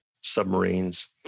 submarines